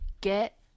get